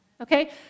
okay